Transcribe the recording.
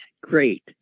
great